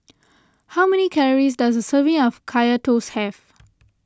how many calories does a serving of Kaya Toast have